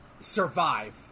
survive